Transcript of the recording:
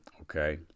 Okay